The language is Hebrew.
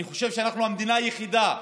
אני חושב שאנחנו המדינה היחידה